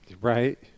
right